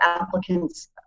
applicants